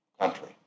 country